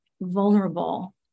vulnerable